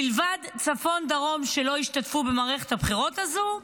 מלבד צפון ודרום שלא השתתפו במערכת הבחירות הזו,